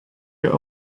your